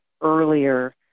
earlier